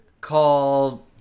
called